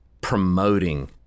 promoting